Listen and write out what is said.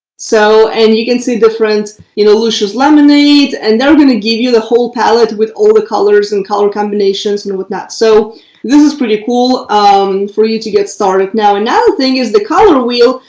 so and you can see different you know luscious lemonade and they're going to give you the whole palette with all the colors and color combinations and whatnot. so this is pretty cool um for you to get started. now another thing is the color wheel.